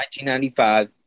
1995